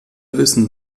wissen